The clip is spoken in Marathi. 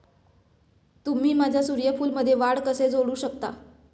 तुम्ही माझ्या सूर्यफूलमध्ये वाढ कसे जोडू शकता?